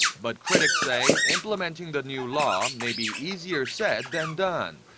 but critics say implementing the new law may be easier said than done.